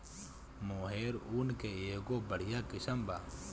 मोहेर ऊन के एगो बढ़िया किस्म बा